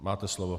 Máte slovo.